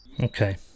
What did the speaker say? okay